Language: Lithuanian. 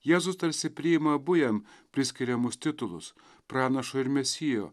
jėzus tarsi priima abu jam priskiriamus titulus pranašo ir mesijo